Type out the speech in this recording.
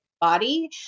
body